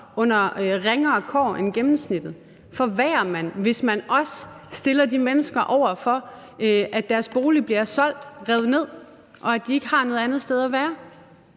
under ringere kår end gennemsnittet, forværrer man, hvis man også stiller de mennesker over for, at deres bolig bliver solgt, revet ned, og at de ikke har noget andet sted at være.